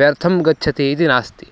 व्यर्थं गच्छति इति नास्ति